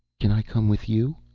can i come with you?